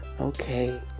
Okay